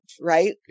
right